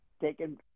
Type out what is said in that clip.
taken